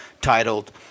titled